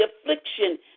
affliction